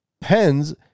pens